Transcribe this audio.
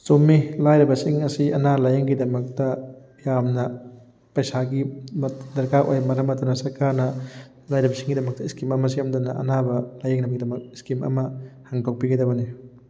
ꯆꯨꯝꯃꯤ ꯂꯥꯏꯔꯕꯁꯤꯡ ꯑꯁꯤ ꯑꯅꯥ ꯂꯥꯏꯌꯦꯡꯒꯤꯗꯃꯛꯇ ꯌꯥꯝꯅ ꯄꯩꯁꯥꯒꯤ ꯗꯔꯀꯥꯔ ꯑꯣꯏ ꯃꯔꯝ ꯑꯗꯨꯅ ꯁꯔꯀꯥꯔꯅ ꯂꯥꯏꯔꯕꯁꯤꯡꯒꯤꯗꯃꯛꯇ ꯏꯁꯀꯤꯝ ꯑꯃ ꯁꯦꯃꯗꯨꯅ ꯑꯅꯥꯕ ꯂꯥꯏꯌꯦꯡꯅꯕꯒꯤꯗꯃꯛ ꯏꯁꯀꯤꯝ ꯑꯃ ꯍꯥꯡꯗꯣꯛꯄꯤꯒꯗꯕꯅꯤ